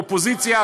אופוזיציה,